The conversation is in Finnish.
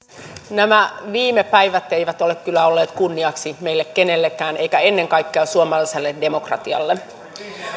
nämä viime päivät eivät ole kyllä olleet kunniaksi meille kenellekään eikä ennen kaikkea suomalaiselle demokratialle